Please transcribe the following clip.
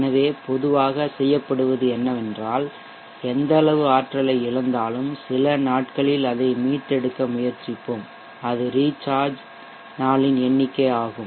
எனவே பொதுவாக செய்யப்படுவது என்னவென்றால் எந்தளவு ஆற்றலை இழந்தாலும் சில நாட்களில் அதை மீட்டெடுக்க முயற்சிப்போம் அது ரீசார்ஜ் நாளின் எண்ணிக்கை ஆகும்